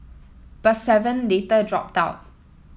but seven later dropped out